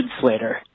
Slater